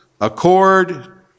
accord